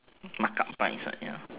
marked up price ya